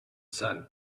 sun